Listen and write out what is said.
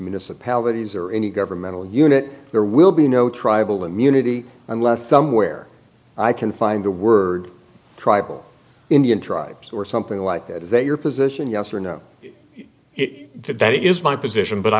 municipalities or any governmental unit there will be no tribal immunity unless somewhere i can find the word tribal indian tribes or something like that is that your position yes or no it that is my position but i